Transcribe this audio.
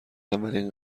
اولین